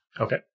Okay